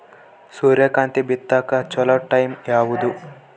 ಸೂರ್ಯಕಾಂತಿ ಬಿತ್ತಕ ಚೋಲೊ ಟೈಂ ಯಾವುದು?